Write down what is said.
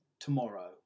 tomorrow